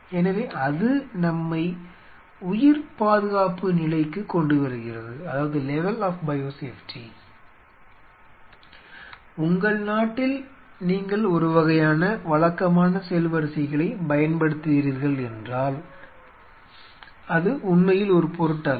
எனவே அது நம்மை உயிர் பாதுகாப்பு நிலைக்குக் கொண்டு வருகிறது உங்கள் நாட்டில் நீங்கள் ஒரு வகையான வழக்கமான செல் வரிசைகளைப் பயன்படுத்துகிறீர்கள் என்றால் அது உண்மையில் ஒரு பொருட்டல்ல